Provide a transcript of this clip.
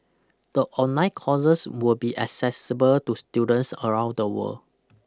the online courses will be accessible to students around the world